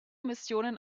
missionen